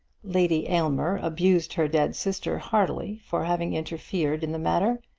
lady aylmer abused her dead sister heartily for having interfered in the matter,